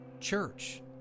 church